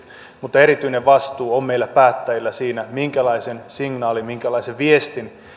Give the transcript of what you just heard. mutta erityinen vastuu on meillä päättäjillä siinä minkälaisen signaalin minkälaisen viestin